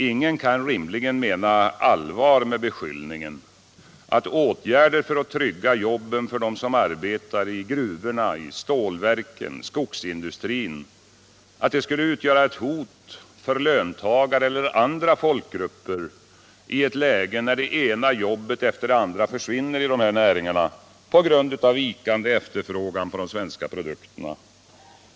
Ingen kan rimligen mena allvar med beskyllningen att åtgärder för att trygga jobben för dem som arbetar i gruvorna, stålverken och skogsindustrin skulle utgöra ett hot för löntagare eller andra folkgrupper i ett läge när det ena jobbet efter det andra försvinner i dessa näringar på grund av vikande efterfrågan på de svenska produkterna.